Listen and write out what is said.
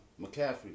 McCaffrey